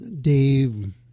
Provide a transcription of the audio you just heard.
Dave